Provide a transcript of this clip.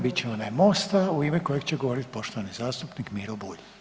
bit će onaj Mosta u ime kojeg će govoriti poštovani zastupnik Miro Bulj.